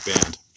band